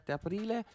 aprile